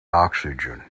oxygen